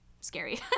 scary